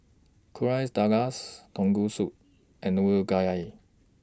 Quesadillas Tonkatsu and